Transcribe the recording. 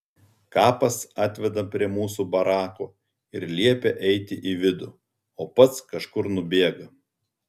kapas atveda prie mūsų barako ir liepia eiti į vidų o pats kažkur nubėga